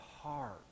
heart